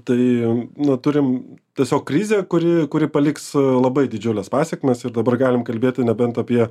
tai nu turim tiesiog krizę kuri kuri paliks labai didžiules pasekmes ir dabar galim kalbėti nebent apie